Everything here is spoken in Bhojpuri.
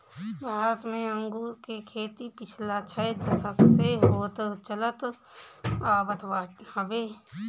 भारत में अंगूर के खेती पिछला छह दशक से होत चलत आवत हवे